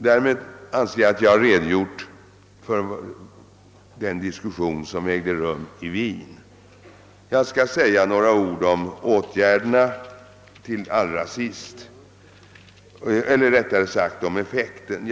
Härmed anser jag att jag har redo gjort för den diskussion som ägde rum i Wien. Jag skall till sist säga några ord om effekten av de vidtagna åtgärderna.